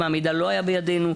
בידנו,